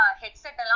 headset